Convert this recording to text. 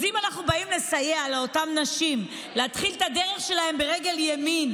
אז אם אנחנו באים לסייע לאותן נשים להתחיל את הדרך שלהן ברגל ימין,